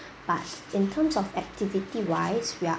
but in terms of activity wise we are